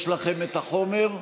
שיש לכם את החומר.